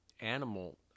animal